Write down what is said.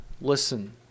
listen